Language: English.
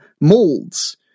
molds